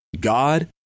God